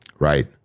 Right